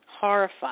horrified